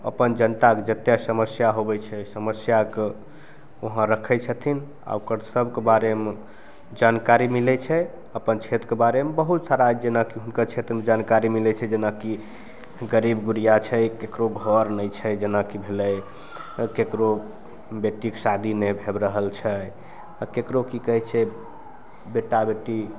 अपन जनताके जतेक समस्या होबै छै समस्याके वहाँ रखै छथिन आओर ओकर सबके बारेमे जानकारी मिलै छै अपन क्षेत्रके बारेमे बहुत सारा जेना कि हुनकर क्षेत्रमे जानकारी मिलै छै जेना कि गरीब गुरिया छै ककरो घर नहि छै जेना कि भेलै ककरो बेटीके शादी नहि भै रहल छै आओर ककरो कि कहै छै बेटा बेटी